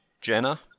Jenna